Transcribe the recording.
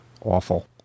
awful